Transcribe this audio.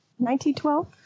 1912